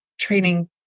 training